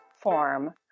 form